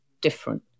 different